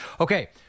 Okay